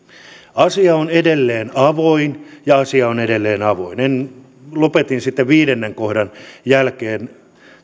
asia on edelleen avoin ja asia on edelleen avoin lopetin sitten viidennen kohdan jälkeen